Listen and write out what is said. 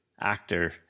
actor